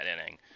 inning